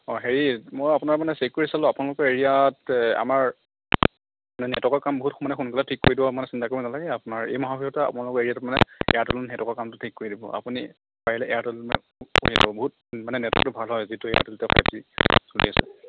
অ' হেৰি মই আপোনাৰ মানে চেক কৰি চালোঁ আপোনালোকৰ এৰিয়াত আমাৰ মানে নেটৰ্ৱকৰ কাম বহুত মানে সোনকালে থিক কৰি দিব আপুনি চিন্তা কৰিব নালাগে আপোনাৰ এই মাহৰ ভিতৰতে আপোনালোকৰ এৰিয়াটোত মানে এয়াৰটেলৰ নেটৰ্ৱকৰ কামটো থিক কৰি দিব আপুনি পাৰিলে এয়াৰটেল মানে কৰি ল'ব বহুত মানে নেটৰ্ৱকটো ভাল হয় যিটো এয়াৰটেলটো ফাইভ জি চলি আছে